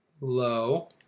low